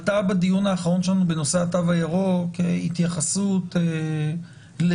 בדיון האחרון שלנו בנושא התו הירוק הייתה התייחסות לאופן